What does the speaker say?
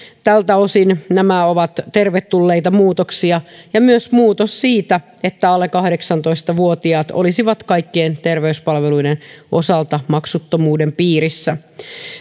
tältä osin nämä ovat tervetulleita muutoksia samoin myös muutos siitä että alle kahdeksantoista vuotiaat olisivat kaikkien terveyspalveluiden osalta maksuttomuuden piirissä